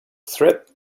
threat